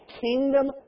kingdom